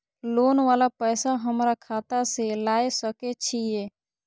Loan वाला पैसा हमरा खाता से लाय सके छीये?